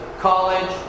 college